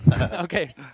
okay